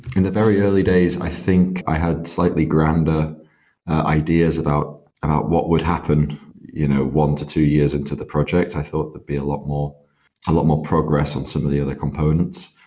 in the very early days, i think i had slightly grander ideas about about what would happen you know one to two years into the project. i thought there'd be a lot more lot more progress on some of the other components.